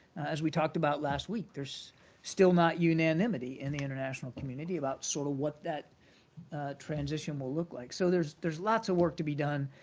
as we talked about last week, there's still not unanimity in the international community about sort of what that transition will look like. so there's there's lots of work to be done.